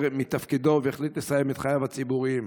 מתפקידו והחליט לסיים את חייו הציבוריים.